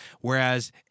whereas